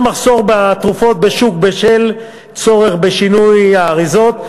מחסור בתרופות בשוק בשל הצורך בשינוי האריזות,